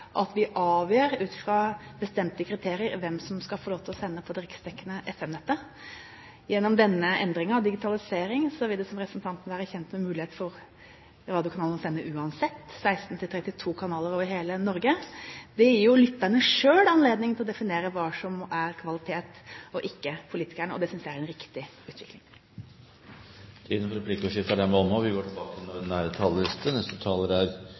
at vi avgjør ut fra bestemte kriterier, hvem som skal få lov til å sende på det riksdekkende FM-nettet. Gjennom denne endringen, digitalisering, vil det, som representanten vil være kjent med, være mulighet for radiokanalene til å sende uansett – 16 til 32 kanaler over hele Norge . Det gir jo lytterne selv anledning til å definere hva som er kvalitet, og ikke politikerne, og det synes jeg er en riktig utvikling. Replikkordskiftet er omme. Det vedtaket vi